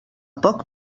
poc